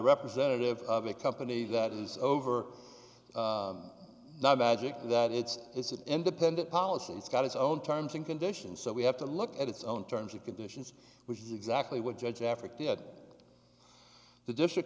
representative of a company that is over the magic that it's it's an independent policy it's got its own terms and conditions so we have to look at its own terms and conditions which is exactly what judge africa the district